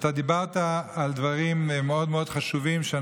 אתה דיברת על דברים מאוד מאוד חשובים,